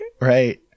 Right